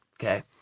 okay